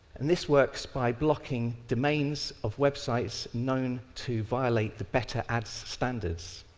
and this works by blocking domains of websites known to violate the better ads standards.